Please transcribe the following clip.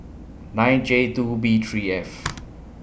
nine J two B three F